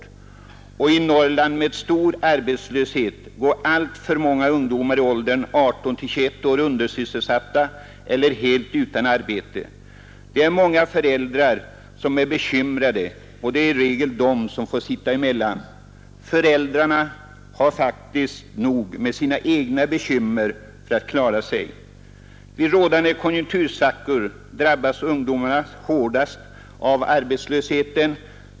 I de områden av Norrland där man har stor arbetslöshet går alltför många ungdomar i åldern 18—21 år undersysselsatta eller helt utan arbete. Det är många föräldrar som är bekymrade, och det är i regel de som får sitta emellan. Föräldrarna har faktiskt nog med sina egna bekymmer för att klara sig. Vid konjunktursvackor drabbas ungdomarna hårdast av arbetslösheten.